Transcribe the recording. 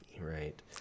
right